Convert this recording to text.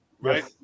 right